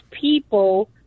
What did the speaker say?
people